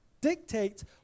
dictates